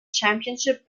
championship